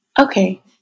Okay